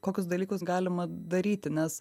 kokius dalykus galima daryti nes